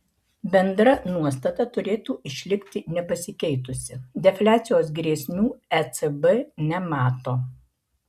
bendra nuostata turėtų išlikti nepasikeitusi defliacijos grėsmių ecb nemato